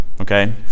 Okay